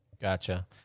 Gotcha